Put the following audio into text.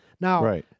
Now